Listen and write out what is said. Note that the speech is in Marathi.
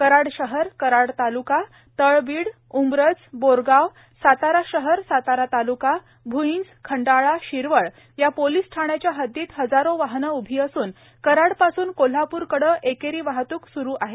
कराड शहर कराड ताल्का तळबिड उम्ब्रज बोरगांव सातारा शहर सातारा ताल्का भूईज खंडाळा शिरवळ या पोलीस ठाण्याच्या हद्दीत हजारो वाहने उभी असून कराड पासून कोल्हाप्रकड़े एकेरी वाहतूक स्रु आहे